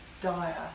dire